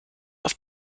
auf